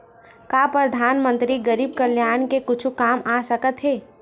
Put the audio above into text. का परधानमंतरी गरीब कल्याण के कुछु काम आ सकत हे